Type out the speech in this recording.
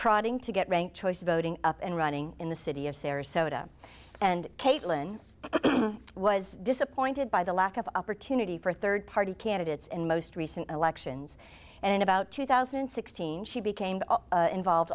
prodding to get rank choice voting up and running in the city of sarasota and caitlin was disappointed by the lack of opportunity for rd party candidates in most recent elections and in about two thousand and sixteen she became involved